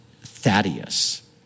Thaddeus